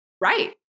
Right